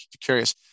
curious